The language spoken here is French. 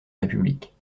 république